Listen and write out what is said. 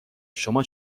شما